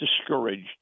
discouraged